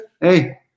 Hey